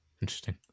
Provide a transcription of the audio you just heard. Interesting